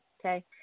okay